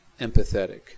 empathetic